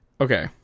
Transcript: Okay